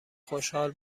خشحال